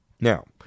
Now